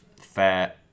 fair